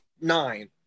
nine